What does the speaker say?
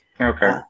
Okay